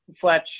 Fletch